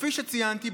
וכפי שציינתי,